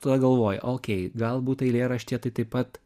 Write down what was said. tada galvoji okei galbūt eilėraštyje tai taip pat